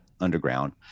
Underground